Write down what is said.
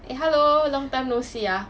eh hello long time no see ya